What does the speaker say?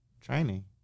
training